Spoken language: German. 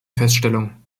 feststellung